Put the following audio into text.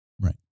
Right